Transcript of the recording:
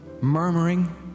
murmuring